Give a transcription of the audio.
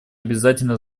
обязательно